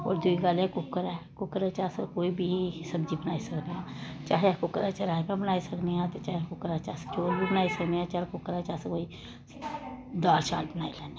होर दुई गल्ल ऐ कुकर ऐ कुकर च अस कोई बी सब्जी बनाई सकने आं चाहे अस कुकरे च राजमां बनाई सकने आं चाहे अस कुकरै च चौल बी बनाई सकने आं चल कुकरै च अस कोई दाल शाल बनाई लैन्ने आं